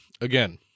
Again